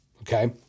okay